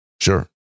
sure